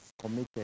committed